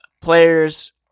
players